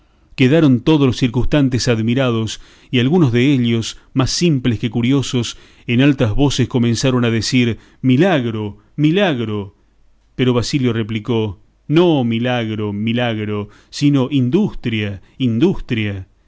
quedaron todos los circunstantes admirados y algunos dellos más simples que curiosos en altas voces comenzaron a decir milagro milagro pero basilio replicó no milagro milagro sino industria industria